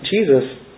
Jesus